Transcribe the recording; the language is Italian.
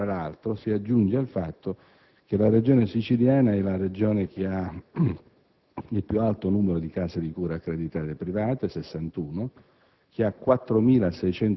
Detta situazione, tra l'altro, si aggiunge al fatto che la Regione siciliana è quella che ha il più alto numero di case di cura accreditate private (61),